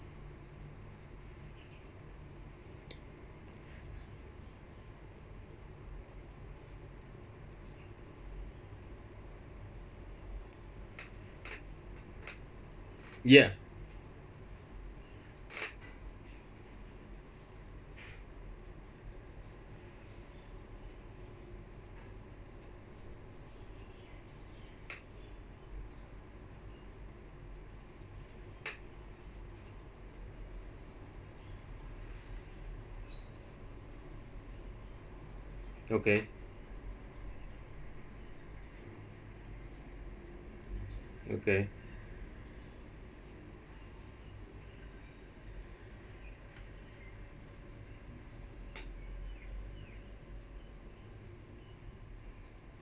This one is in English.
ya okay okay